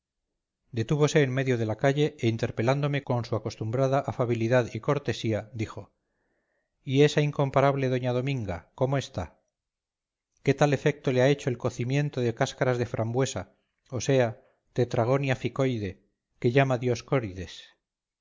la sabiduría detúvose en medio de la calle e interpelándome con su acostumbrada afabilidad y cortesía dijo y esa incomparable doña dominga cómo está qué tal efecto te ha hecho el cocimiento de cáscaras de frambuesa o sea tetragonia ficoide que llama